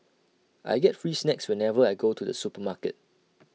I get free snacks whenever I go to the supermarket